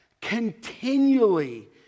continually